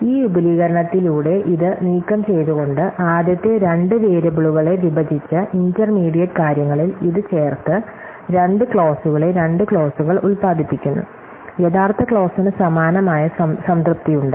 ഈ വിപുലീകരണത്തിലൂടെ ഇത് നീക്കംചെയ്തുകൊണ്ട് ആദ്യത്തെ രണ്ട് വേരിയബിളുകളെ വിഭജിച്ച് ഇന്റർമീഡിയറ്റ് കാര്യങ്ങളിൽ ഇത് ചേർത്ത് രണ്ട് ക്ലോസുകളെ രണ്ട് ക്ലോസുകൾ ഉൽപാദിപ്പിക്കുന്നു യഥാർത്ഥ ക്ലോസിന് സമാനമായ സംതൃപ്തി ഉണ്ട്